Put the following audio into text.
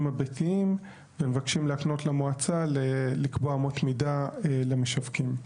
הביתיים ומבקשים להקנות למועצה לקבוע אמות מידה למשווקים.